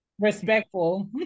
respectful